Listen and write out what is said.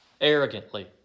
arrogantly